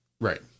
Right